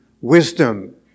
wisdom